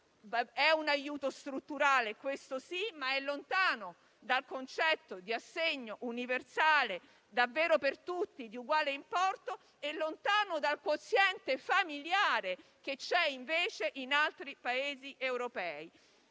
È un aiuto strutturale, questo sì, ma è lontano dal concetto di assegno universale davvero per tutti, di uguale importo, e lontano dal quoziente familiare, presente invece in altri Paesi europei.